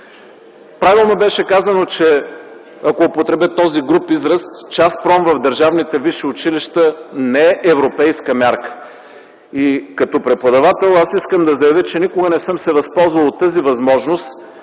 Правилно беше казано, че, ако употребя този груб израз, част-пром в държавните висши училища не е европейска мярка. И като преподавател аз искам да заявя, че никога не съм се възползвал от тази възможност